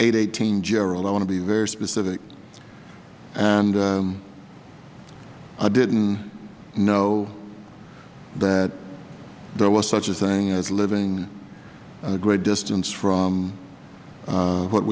eighteen gerald i want to be very specific and i didn't know that there was such a thing as living a great distance from what